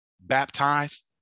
baptized